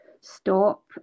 stop